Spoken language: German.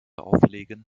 auflegen